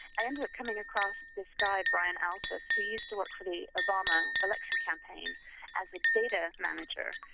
i ended up coming across this guy brian alseth who used to work for the obama election campaign as a data manager,